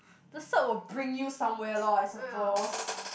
the salt will bring you somewhere lor I suppose